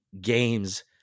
games